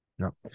No